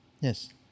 Yes